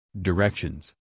Directions